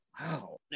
Wow